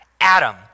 Adam